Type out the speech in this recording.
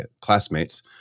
classmates